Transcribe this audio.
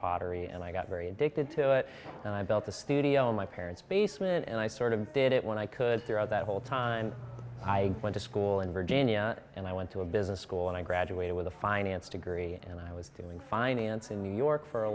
pottery and i got very addicted to it and i built a studio in my parents basement and i sort of did it when i could throughout that whole time i went to school in virginia and i went to a business school and i graduated with a finance degree and i was doing finance in new york for a